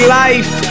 life